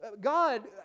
God